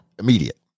Immediate